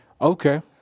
okay